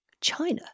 China